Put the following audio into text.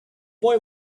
boy